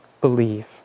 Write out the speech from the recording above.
believe